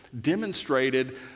demonstrated